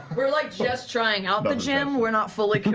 we're like just trying out the gym. we're not fully